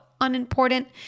unimportant